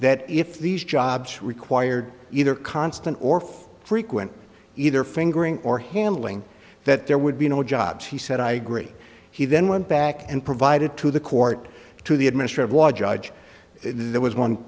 that if these jobs required either constant or frequent either fingering or handling that there would be no jobs he said i agree he then went back and provided to the court to the administrative law judge there was one